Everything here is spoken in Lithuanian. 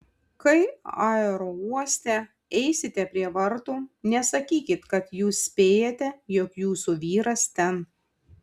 kai aerouoste eisite prie vartų nesakykit kad jūs spėjate jog jūsų vyras ten